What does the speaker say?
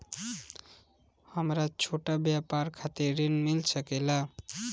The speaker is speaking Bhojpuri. हमरा छोटा व्यापार खातिर ऋण मिल सके ला?